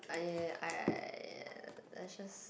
I I I just